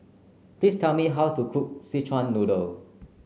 please tell me how to cook Szechuan Noodle